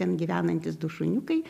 ten gyvenantys du šuniukai